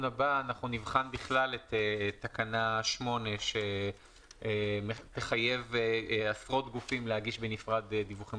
הבא אנחנו נבחן בכלל את תקנה 8 שתחייב עשרות גופים להגיש בנפרד דיווחים